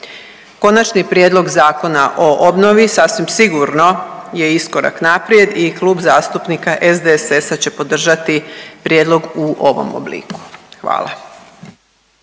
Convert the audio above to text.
Konačni prijedlog Zakona o obnovi sasvim sigurno je iskorak naprijed i Klub zastupnika SDSS-a će podržati prijedlog u ovom obliku. Hvala.